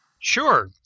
Sure